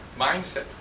mindset